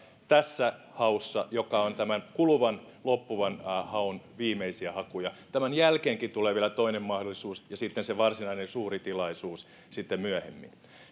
tässä haussa joka on tämän kuluvan loppuvan haun viimeisiä hakuja tämän jälkeenkin tulee vielä toinen mahdollisuus ja se varsinainen suuri tilaisuus sitten myöhemmin